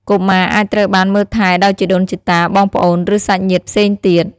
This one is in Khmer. កុមារអាចត្រូវបានមើលថែដោយជីដូនជីតា បងប្អូន ឬសាច់ញាតិផ្សេងទៀត។